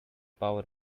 power